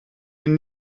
een